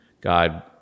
god